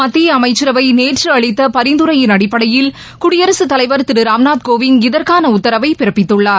மத்திய அமைச்சரவை நேற்று அளித்த பரிந்துரையின் அடிப்படையில் குடியரகத் தலைவர் திரு ராம்நாத் கோவிந்த் இதற்கான உத்தரவை பிறப்பித்துள்ளார்